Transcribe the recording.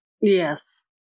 Yes